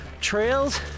trails